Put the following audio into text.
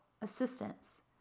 assistance